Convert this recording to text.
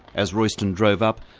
as royston drove up,